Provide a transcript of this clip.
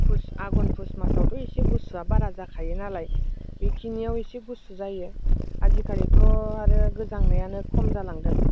पुष आगन पुष मासावथ' एसे गुसुआ बारा जाखायो नालाय बे खिनियाव एसे गुसु जायो आजिखालिथ' आरो गोजांनायानो खम जालांदों